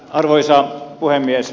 arvoisa puhemies